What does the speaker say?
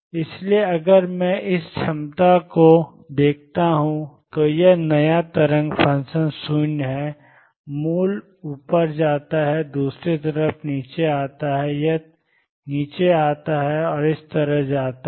इसलिए अगर मैं इस क्षमता को देखता हूं तो यह नया तरंग फ़ंक्शन 0 है मूल ऊपर जाता है और दूसरी तरफ नीचे आता है यह नीचे आता है और इस तरह जाता है